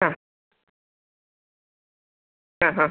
ആ ആ ഹാ